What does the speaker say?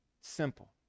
simple